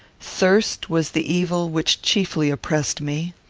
thirst was the evil which chiefly oppressed me.